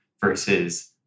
versus